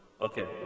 okay